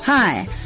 Hi